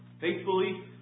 Faithfully